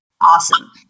Awesome